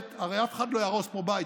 הרי אף אחד לא יהרוס פה בית,